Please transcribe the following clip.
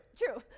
true